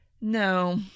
no